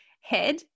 Head